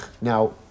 Now